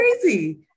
Crazy